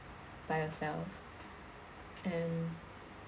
by yourself and